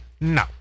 No